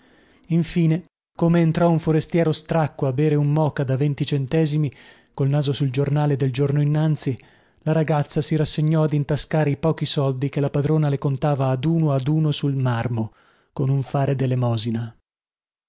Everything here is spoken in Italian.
infine come entrò un forestiero stracco a bere un moka da venti centesimi col naso sul giornale del giorno innanzi la ragazza si rassegnò ad intascare i pochi soldi che la padrona le contava ad uno ad uno sul marmo con un fare delemosina